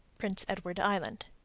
prince edward island.